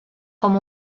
com